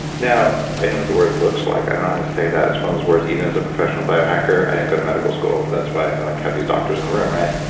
now i know what the word looks like, i don't how to say that. it's one of those words even as a professional biohacker i didn't go to medical school, that's why i like have these doctors in the room, right?